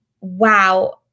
wow